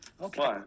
Okay